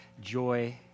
joy